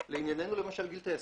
לענייננו, למשל גיל טייסים.